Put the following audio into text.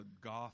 goth